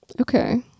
Okay